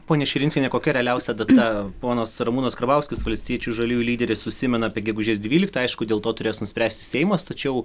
ponia širinskienė kokia realiausia data ponas ramūnas karbauskis valstiečių žaliųjų lyderis užsimena apie gegužės dvyliktą aišku dėl to turės nuspręsti seimas tačiau